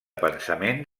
pensament